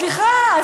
סליחה,